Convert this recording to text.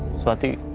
swati